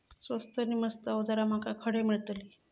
स्वस्त नी मस्त अवजारा माका खडे मिळतीत?